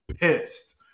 pissed